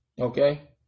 Okay